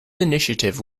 initiative